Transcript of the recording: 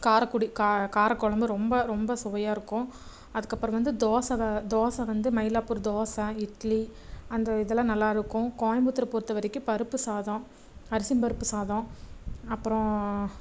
காரைக்குடி கா காரக்குழம்பு ரொம்ப ரொம்ப சுவையாக இருக்கும் அதுக்கப்புறம் வந்து தோசை வ தோசை வந்து மைலாப்பூர் தோசை இட்லி அந்த இதெல்லாம் நல்லாயிருக்கும் கோயம்புத்தூர் பொறுத்தவரைக்கும் பருப்பு சாதம் அரிசியும் பருப்பு சாதம் அப்புறம்